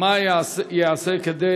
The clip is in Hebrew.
מה ייעשה כדי